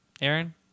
Aaron